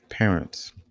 Parents